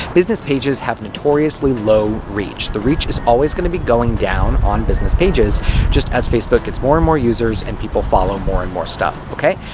business pages have notoriously low reach. the reach is always gonna be going down on business pages just as facebook gets more and more users and people follow more and more stuff, ok?